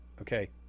okay